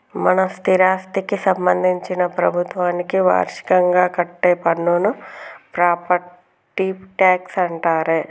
మన స్థిరాస్థికి సంబందించిన ప్రభుత్వానికి వార్షికంగా కట్టే పన్నును ప్రాపట్టి ట్యాక్స్ అంటారే